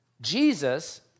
Jesus